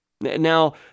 Now